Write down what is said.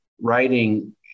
writing